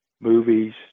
movies